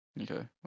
Okay